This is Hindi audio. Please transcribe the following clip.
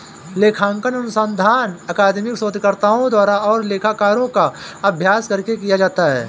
लेखांकन अनुसंधान अकादमिक शोधकर्ताओं द्वारा और लेखाकारों का अभ्यास करके किया जाता है